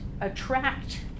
attract